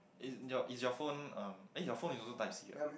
is your is your phone um your phone is also type C ah